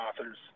authors